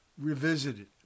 Revisited